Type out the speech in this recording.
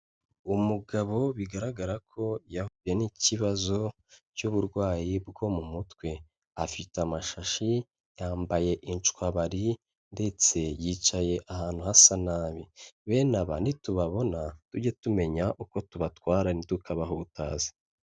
Umugabo bigaragara ko yahuye n'ikibazo cy'uburwayi bwo mu mutwe. Afite amashashi, yambaye unshwabari ndetse yicaye ahantu hasa nabi. Bene aba nitubabona tujye tumenya uko tubatwara, ntitukabahutaze.